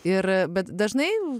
ir bet dažnai